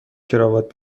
کراوات